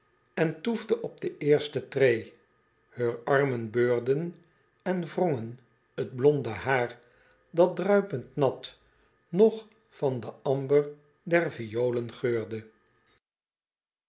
en toefde op de eerste tree heur armen beurden en wrongen t blonde hair dat druipend nat nog van den amber der violen geurde